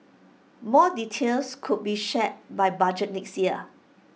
more details could be shared by budget next year